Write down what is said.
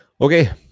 Okay